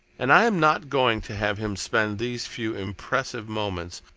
and i am not going to have him spend these few impressive moments,